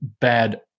bad